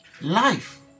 Life